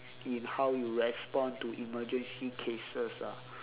in how you respond to emergency cases ah